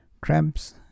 cramps